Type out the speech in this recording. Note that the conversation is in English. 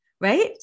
right